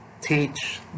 teach